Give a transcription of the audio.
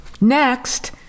Next